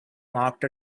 marked